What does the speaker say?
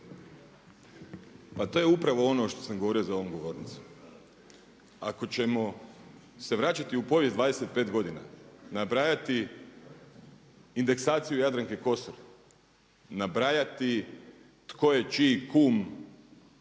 A to je upravo ono što sam govorio za ovom govornicom. Ako ćemo se vraćati u povijest 25 godina, nabrajati indeksaciju Jadranke Kosor, nabrajati tko je čiji kum